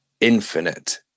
infinite